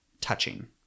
touching